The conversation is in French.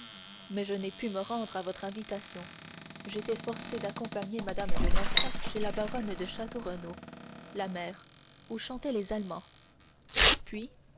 mais je n'ai pu me rendre à votre invitation j'étais forcé d'accompagner mme de morcerf chez la baronne de château renaud la mère où chantaient les allemands puis